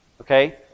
Okay